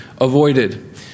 avoided